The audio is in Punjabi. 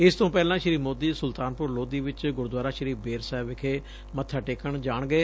ਇਸ ਤੋਂ ਪਹਿਲਾਂ ਸ੍ਰੀ ਮੋਦੀ ਸੁਲਤਾਨਪੁਰ ਲੋਧੀ ਚ ਗੁਰਦੁਆਰਾ ਸ੍ਰੀ ਬੇਰ ਸਾਹਿਬ ਵਿਖੇ ਮੱਥਾ ਟੇਕਣ ਜਾਣਗੇ